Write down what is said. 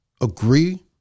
agree